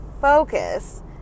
focus